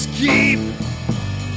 keep